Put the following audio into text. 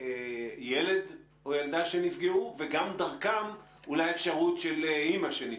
ילד או ילדה שנפגעו וגם דרכם אולי אפשרות לאבחן אימא שנפגעה?